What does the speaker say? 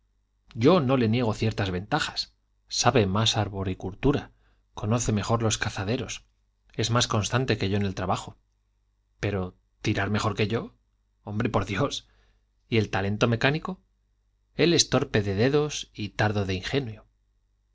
yo no le niego ciertas ventajas sabe más arboricultura conoce mejor los cazaderos es más constante que yo en el trabajo pero tirar mejor que yo hombre por dios y el talento mecánico él es torpe de dedos y tardo de ingenio